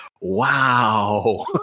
wow